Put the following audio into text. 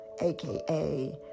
aka